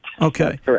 Okay